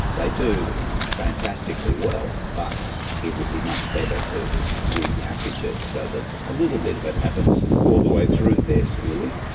they do fantastically well but it would be much better to repackage it so that a little bit of it happens all the way through their schooling.